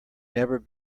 never